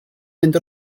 mynd